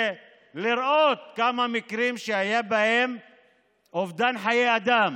ולראות בכמה מקרים היה אובדן חיי אדם